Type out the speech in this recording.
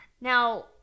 Now